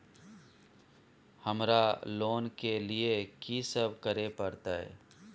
हमरा लोन के लिए की सब करे परतै?